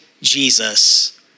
Jesus